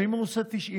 ואם הוא עושה של 90%?